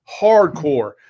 hardcore